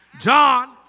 John